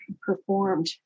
performed